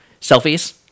Selfies